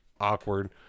awkward